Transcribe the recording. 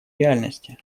реальности